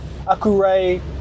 Akure